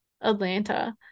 Atlanta